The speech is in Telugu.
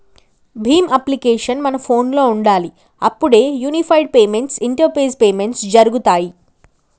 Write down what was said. భీమ్ అప్లికేషన్ మన ఫోనులో ఉండాలి అప్పుడే యూనిఫైడ్ పేమెంట్స్ ఇంటరపేస్ పేమెంట్స్ జరుగుతాయ్